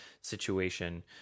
situation